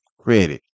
credit